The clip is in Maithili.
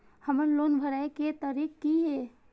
हमर लोन भरय के तारीख की ये?